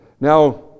Now